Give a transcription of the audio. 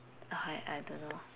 uh I I don't know